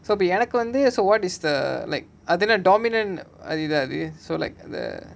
so be eloquently so what is the like அதுனா:adhunaa dominant அதுவா அது:adhuvaa adhu so like the